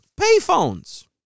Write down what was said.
Payphones